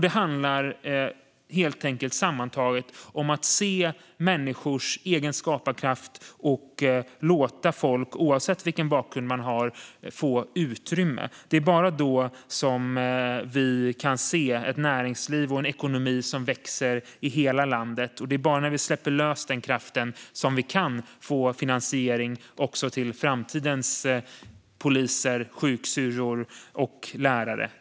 Det handlar helt enkelt om att se människors egen skaparkraft och låta folk, oavsett bakgrund, få utrymme. Det är bara då vi kan se ett näringsliv och en ekonomi som växer i hela landet. Det är bara när vi släpper lös denna kraft som vi kan få finansiering till framtidens poliser, sjuksyrror och lärare.